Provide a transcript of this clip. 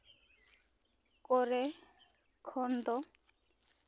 ᱠᱚᱨᱮ ᱠᱷᱚᱱ ᱫᱚ